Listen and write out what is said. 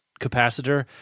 capacitor